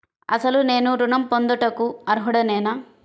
అసలు నేను ఋణం పొందుటకు అర్హుడనేన?